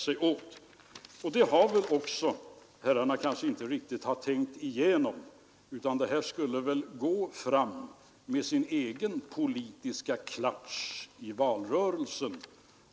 Under de senare åren — och jag kan säga just i dessa dagar — har något av en ny oro på valutamarknaden varit klart skönjbar.